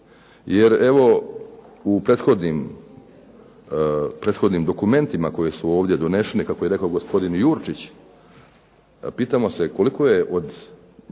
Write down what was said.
Jer evo u prethodnim dokumentima koji su ovdje doneseni, kako je rekao gospodin Jurčić, pitamo se koliko je nakon